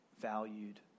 valued